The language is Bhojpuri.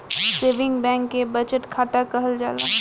सेविंग बैंक के बचत खाता कहल जाला